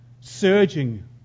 surging